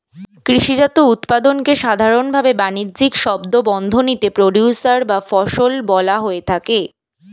কৃষিজাত উৎপাদনকে সাধারনভাবে বানিজ্যিক শব্দবন্ধনীতে প্রোডিউসর বা ফসল বলা হয়ে থাকে